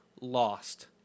lost